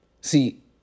See